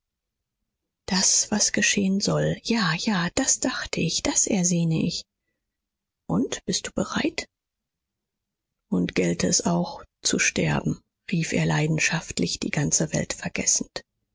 das was geschehen soll ja ja das dachte ich das ersehne ich und bist du bereit und gälte es auch zu sterben rief er leidenschaftlich die ganze welt vergessend